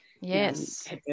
yes